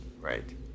Right